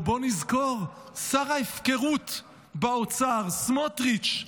או בואו נזכור, שר ההפקרות באוצר סמוטריץ'